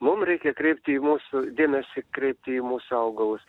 mum reikia kreipti mūsų dėmesį kreipti į mūsų augalus